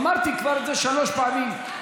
אמרתי את זה כבר שלוש פעמים.